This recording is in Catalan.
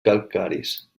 calcaris